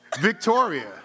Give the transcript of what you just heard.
Victoria